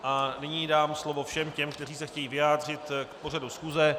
A nyní dám slovo všem těm, kteří se chtějí vyjádřit k pořadu schůze.